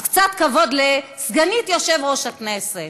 אז קצת כבוד לסגנית יושב-ראש הכנסת.